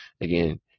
Again